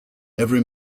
every